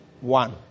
one